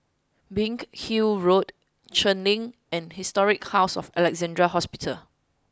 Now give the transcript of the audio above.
Biggin Hill Road Cheng Lim and Historic House of Alexandra Hospital